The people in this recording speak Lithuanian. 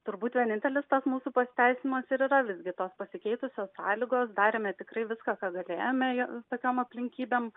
turbūt vienintelis tas mūsų pasiteisinimas yra visgi tos pasikeitusios sąlygos darėme tikrai viską ką galėjome ją tokiom aplinkybėm